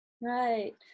Right